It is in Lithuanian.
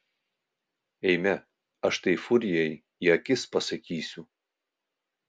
eime aš tai furijai į akis pasakysiu